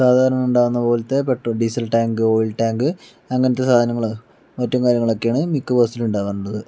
സാധാരണ ഉണ്ടാകുന്ന പോലത്തെ petrol diesel tank oil tank അങ്ങനത്തെ സാധനങ്ങൾ മറ്റു കാര്യങ്ങളൊക്കെയാണ് മിക്ക ബസിലും ഉണ്ടാകുന്നത്